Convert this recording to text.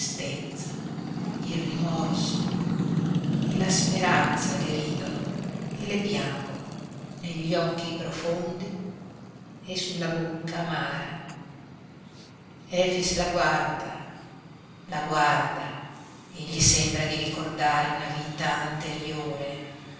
tristezza il rimorso e la speranza le ridono e le piangono negli occhi profondi e sulla bocca amara efix la guarda la guarda e gli sembra di ricordare una vita anteriore